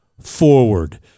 forward